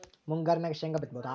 ಮುಂಗಾರಿನಾಗ ಶೇಂಗಾ ಬಿತ್ತಬಹುದಾ?